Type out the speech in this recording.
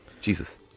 Jesus